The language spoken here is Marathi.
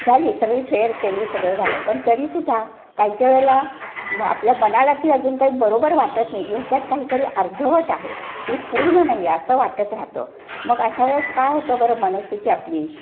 झाली सगळी फेअर केली सगळं झालं पण तरी सुद्धा काय काय वेळेला मग आपल्या मनाला ती अजून काही बरोबर वाटत नाही की ह्याच्यात काहीतरी अर्धवट आहे ही पूर्ण नाही आहे असं वाटत राहतं मग अशा वेळेस काय होतं बरं मनस्थिती आपली